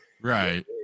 right